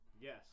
yes